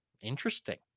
Interesting